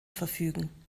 verfügen